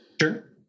Sure